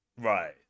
Right